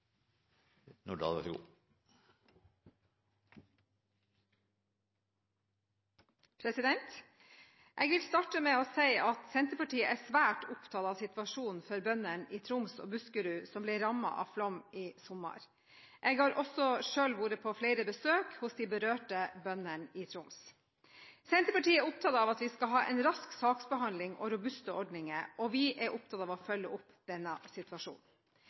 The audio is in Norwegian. svært opptatt av situasjonen for bøndene i Troms og Buskerud som ble rammet av flom i sommer. Jeg har også selv vært på flere besøk hos de berørte bøndene i Troms. Senterpartiet er opptatt av at vi skal ha en rask saksbehandling og robuste ordninger, og vi er opptatt av å følge opp denne situasjonen.